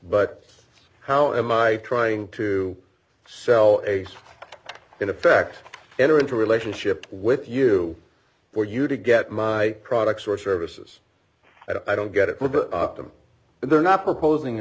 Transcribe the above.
but how am i trying to sell in effect enter into a relationship with you or you to get my products or services i don't get it for them but they're not proposing a